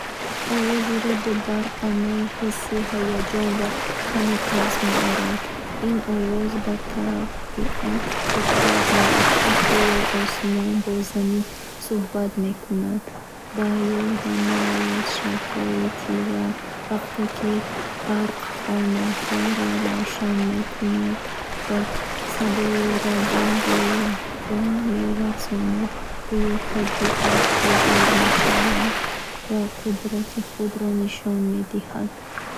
Овози раъду барқ ба ман ҳисси ҳаяҷон ва каме тарс меорад. Ин овоз ба табиат қудрат мебахшад — гӯё осмон бо замин сӯҳбат мекунад. Ба ёдам меояд шабҳои тира, вақте ки барқ хонаҳоро равшан мекунад ва садои раъд дилро меларзонад. Гуё табиат бедор мешавад ва қудрати худро нишон медиҳад.